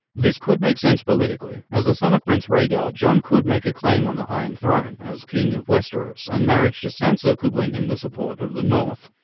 this could make sense politically as the son of prince rhaegar, jon could make a claim on the iron throne, as king of westeros, and marriage to sansa could win him the support of the north.